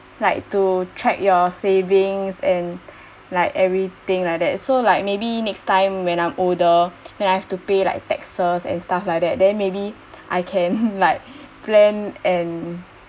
like to track your savings and like everything like that so like maybe next time when I'm older when I have to pay like taxes and stuff like that then maybe I can like plan and